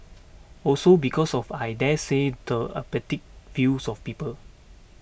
also because of I daresay the apathetic views of people